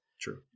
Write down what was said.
True